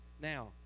Now